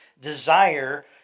desire